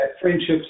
friendships